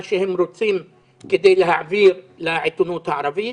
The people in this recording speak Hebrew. שהם רוצים כדי להעביר לעיתונות הערבית.